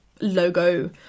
logo